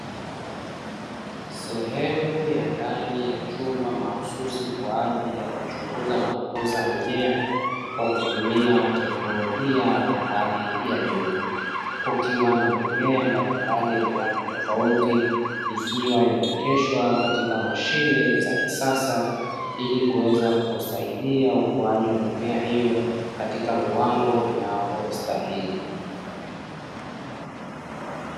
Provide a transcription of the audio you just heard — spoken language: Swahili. Sehemu ya ndani ya chumba mahususi kwa ajili ya kuchunguza na kukuza mimea kwa kutumia teknolojia ya hali ya juu, kukiwa na mimea mbalimbali yenye rangi tofauti, ikiwa imeoteshwa katika mashine za kisasa ili kuweza kusaidia ukuaji wa mimea hiyo katika viwango vinavyostahili.